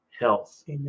health